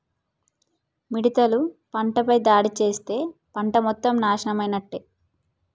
మిడతలు పంటపై దాడి చేస్తే పంట మొత్తం నాశనమైనట్టే